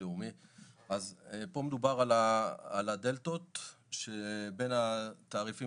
פה מדובר על הדלתאות שבין התעריפים